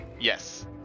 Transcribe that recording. Yes